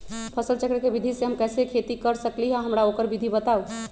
फसल चक्र के विधि से हम कैसे खेती कर सकलि ह हमरा ओकर विधि बताउ?